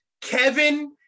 Kevin